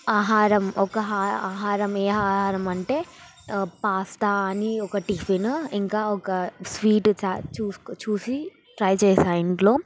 ఆహారం ఒక ఆహరం ఏ ఆహారం అంటే పాస్తా అని ఒక టిఫిన్ ఇంకా ఒక స్వీట్ చూసి చూసి ట్రై చేశా ఇంట్లో